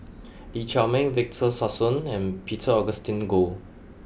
Lee Chiaw Meng Victor Sassoon and Peter Augustine Goh